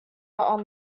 are